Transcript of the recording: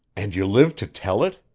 and you live to tell it?